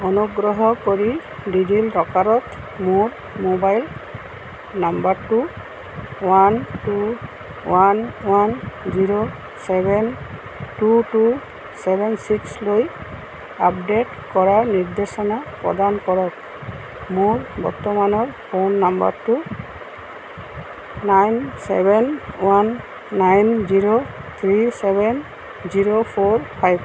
অনুগ্ৰহ কৰি ডিজি লকাৰত মোৰ মোবাইল নাম্বাৰটো one two one one zero seven two two seven চিক্সলৈ আপডেট কৰাৰ নিৰ্দেশনা প্ৰদান কৰক মোৰ বৰ্তমানৰ ফোন নাম্বাৰটো nine seven one nine zero three seven zero four five